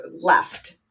left